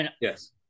Yes